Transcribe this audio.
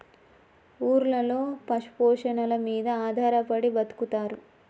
ఊర్లలో పశు పోషణల మీద ఆధారపడి బతుకుతారు